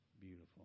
beautiful